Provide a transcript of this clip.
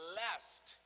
left